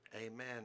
Amen